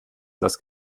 das